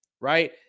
right